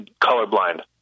colorblind